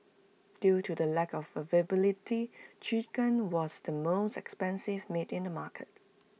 due to the lack of availability chicken was the most expensive meat in the market